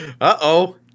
Uh-oh